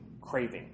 craving